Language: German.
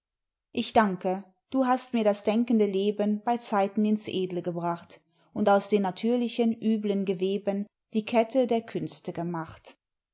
ich danke du hast mir das denkende leben beyzeiten ins edle gebracht und aus den natürlichen üblen geweben die kette der künste gemacht